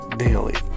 daily